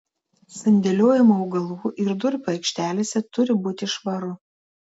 sandėliuojamų anglių ir durpių aikštelėse turi būti švaru